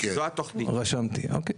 אוקיי, רשמתי.